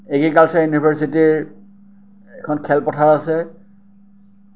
agriculture ইউনিভাৰ্চিটিৰ এখন খেলপথাৰ আছে